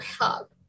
help